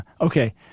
Okay